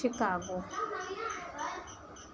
Chicago